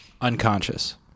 Unconscious